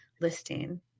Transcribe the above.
listing